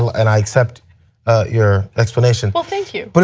and i accept your explanation but thank you. but